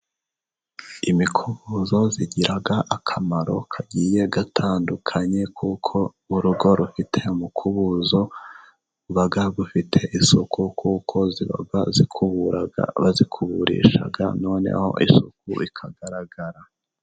Imikubozo igira akamaro kagiye gatandukanye, kuko urugo rufite umukubuzo, ruba bufite isuku, kuko ziba zikubura, bazikuburisha noneho isuku ikagaragara.